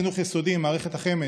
מערכת חינוך יסודי, מערכת החמ"ד,